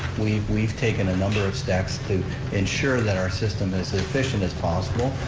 we've we've taken a number of steps to ensure that our system is efficient as possible,